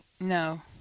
No